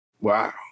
Wow